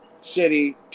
City